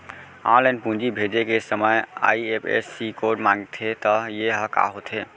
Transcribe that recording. Online पूंजी भेजे के समय आई.एफ.एस.सी कोड माँगथे त ये ह का होथे?